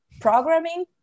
programming